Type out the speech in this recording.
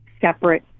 separate